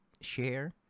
share